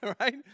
right